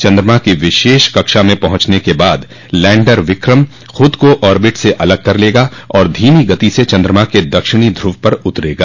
चंद्रमा की विशेष कक्षा में पहुंचने के बाद लैंडर विक्रम खुद को ऑर्बिटर से अलग कर लेगा और धीमी गति से चंद्रमा के दक्षिणी ध्रुव पर उतरेगा